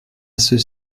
ceux